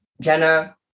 Jenna